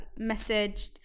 messaged